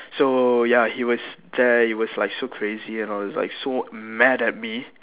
so ya he was there he was like so crazy and all he's like so mad at me